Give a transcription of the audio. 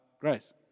grace